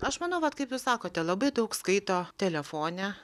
aš manau vat kaip jūs sakote labai daug skaito telefone